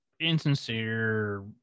insincere